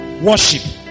Worship